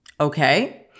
okay